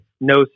no